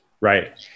Right